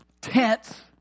tents